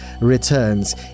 returns